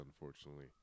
unfortunately